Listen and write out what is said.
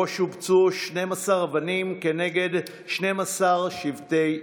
שבו שובצו 12 אבנים כנגד 12 שבטי ישראל.